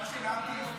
שדיברתי לפני.